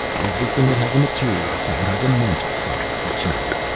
everything that has a material side has a mental side, he chanted.